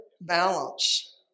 Balance